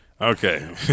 Okay